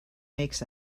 makes